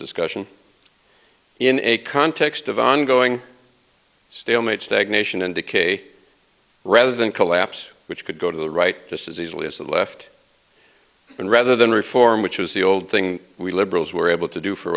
discussion in a context of ongoing stalemate stagnation and decay rather than collapse which could go to the right just as easily as the left and rather than reform which was the old thing we liberals were able to do for